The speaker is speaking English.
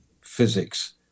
physics